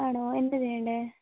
ആണോ എന്താ ചെയ്യേണ്ടത്